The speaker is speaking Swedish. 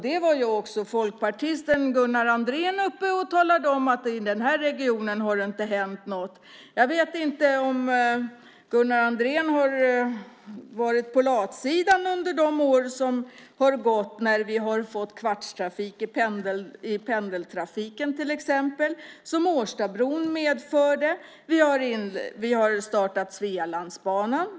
Det var ju också folkpartisten Gunnar Andrén uppe och talade om; att det inte har hänt något i den här regionen. Jag vet inte om Gunnar Andrén har legat på latsidan under de år som har gått, när vi till exempel har fått kvartstrafik i pendeltrafiken, som Årstabron medförde. Vi har startat Svealandsbanan.